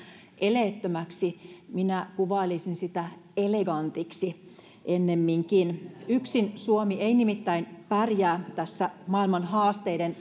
eleettömäksi mutta minä kuvailisin sitä elegantiksi ennemminkin yksin suomi ei nimittäin pärjää tässä maailman haasteiden